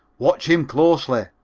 watch him closely,